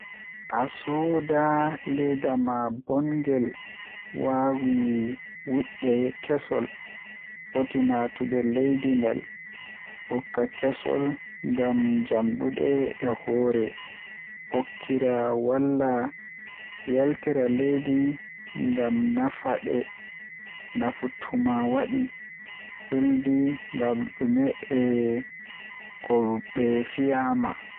Asoda leedama bongel waawi wiiɗde kessol, foti naatude leydi ngal. Hokka kessol ngam jamɗude e hoore. Hokkira walla yaltira leydi ngal ngam nafaade. Naftu tuma waɗi, wiiɗi ngal ɗum e ko ɓe fiyaama.